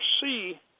see